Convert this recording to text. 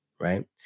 right